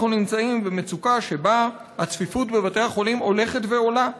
אנחנו נמצאים במצוקה שבה הצפיפות בבתי החולים הולכת ועולה.